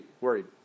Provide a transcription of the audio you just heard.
Worried